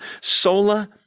sola